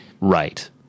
Right